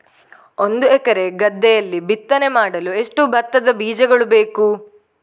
ಒಂದು ಎಕರೆ ಗದ್ದೆಯಲ್ಲಿ ಬಿತ್ತನೆ ಮಾಡಲು ಎಷ್ಟು ಭತ್ತದ ಬೀಜಗಳು ಬೇಕು?